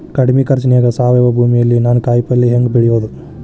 ಕಡಮಿ ಖರ್ಚನ್ಯಾಗ್ ಸಾವಯವ ಭೂಮಿಯಲ್ಲಿ ನಾನ್ ಕಾಯಿಪಲ್ಲೆ ಹೆಂಗ್ ಬೆಳಿಯೋದ್?